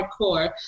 hardcore